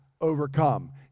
overcome